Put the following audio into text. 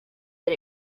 but